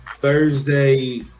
Thursday